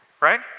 right